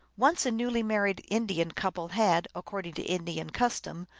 once a newly married indian couple had, accord ing to indian custom,